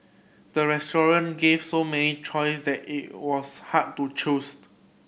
the restaurant gave so many choice that it was hard to choose